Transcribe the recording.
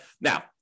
Now